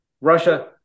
Russia